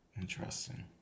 interesting